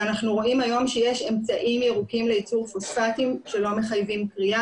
ואנחנו רואים היום שיש אמצעים ירוקים לייצור פוספטים שלא מחייבים כרייה,